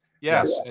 Yes